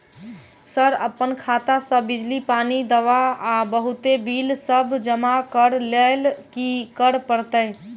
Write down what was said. Sir अप्पन खाता सऽ बिजली, पानि, दवा आ बहुते बिल सब जमा करऽ लैल की करऽ परतै?